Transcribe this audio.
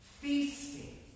Feasting